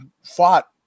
fought